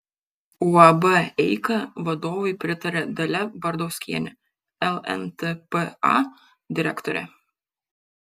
uab eika vadovui pritaria dalia bardauskienė lntpa direktorė